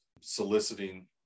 soliciting